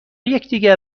یکدیگر